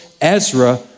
Ezra